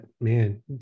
man